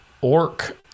orc